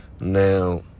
Now